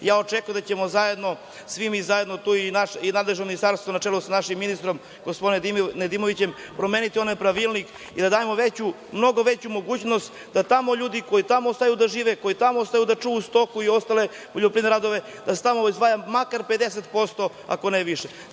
Srbije. Očekujem da ćemo zajedno, svi mi zajedno, tu je i nadležno Ministarstvo na čelu sa našim ministrom gospodinom Nedimovićem, promeniti onaj pravilnik i da dajemo veću, mnogo veću mogućnost da tamo ljudi, koji tamo ostaju da žive, koji tamo ostaju da čuvaju stoku i ostale poljoprivredne radove, da se tamo izdvaja makar 50%, ako ne i više.